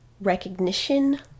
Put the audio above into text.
recognition